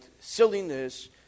silliness